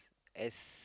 as